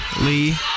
Lee